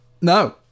No